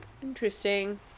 Interesting